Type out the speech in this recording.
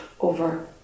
over